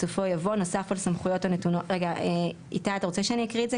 בסופו יבוא "נוסף על סמכויות הנתונות איתי אתה רוצה שאני אקריא את זה?